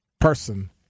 person